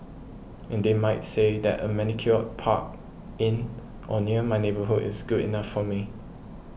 and they might say that a manicured park in or near my neighbourhood is good enough for me